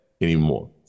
anymore